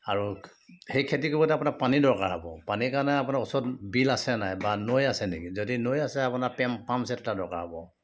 আৰু সেই খেতি কৰোঁতে আপোনাৰ পানী দৰকাৰ হ'ব পানীৰ কাৰনে আপোনাৰ ওচৰত বিল আছে নাই বা নৈ আছে নেকি যদি নৈ আছে আপোনাৰ পাম্প ছেট এটা দৰকাৰ হ'ব